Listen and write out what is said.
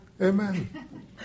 Amen